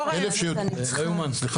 אני עושה מחקרים אורן, אבל שנייה.